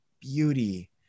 beauty